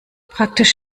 praktisch